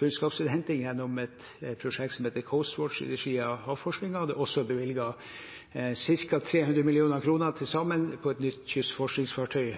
kunnskapsinnhenting gjennom et prosjekt som heter CoastWatch, i regi av havforskningen. Det er også bevilget ca. 300 mill. kr til sammen til et nytt kystforskningsfartøy